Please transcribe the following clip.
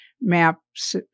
maps